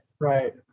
right